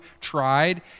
tried